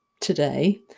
today